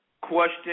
question